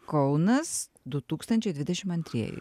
kaunas du tūkstančiai dvidešim antrieji